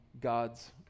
God's